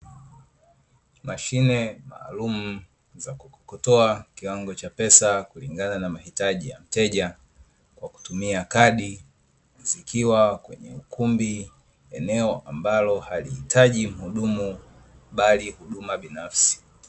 Mashine maalumu za kukokotoa kiwango cha pesa kulingana na mahitaji ya mteja kwa kutumia kadi, zikiwa kwenye ukumbi eneo ambalo halihitaji mhudumu bali huduma binafsi.